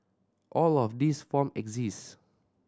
all of these form exist